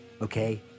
Okay